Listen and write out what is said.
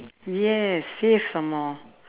yes safe some more